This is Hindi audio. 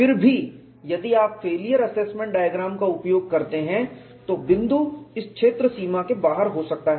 फिर भी यदि आप फेलियर असेसमेंट डायग्राम का उपयोग करते हैं तो बिंदु इस क्षेत्र सीमा के बाहर हो सकता है